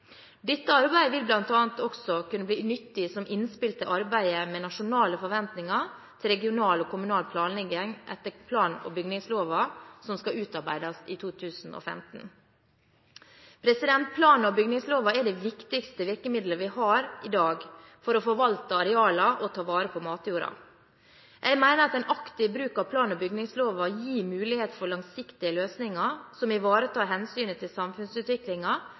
Dette arbeidet vil bl.a. også kunne bli nyttig som innspill til arbeidet med nasjonale forventninger til regional og kommunal planlegging etter plan- og bygningsloven som skal utarbeides i 2015. Plan- og bygningsloven er det viktigste virkemidlet vi har i dag for å forvalte arealene og ta vare på matjorda. Jeg mener at en aktiv bruk av plan- og bygningsloven gir mulighet for langsiktige løsninger som ivaretar hensynet til